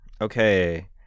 Okay